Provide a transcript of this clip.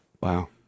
Wow